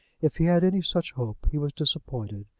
if he had any such hope he was disappointed.